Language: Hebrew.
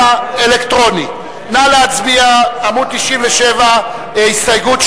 לסעיפים 2(3) עד (5) אין הסתייגויות.